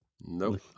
nope